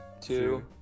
Two